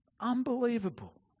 Unbelievable